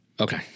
Okay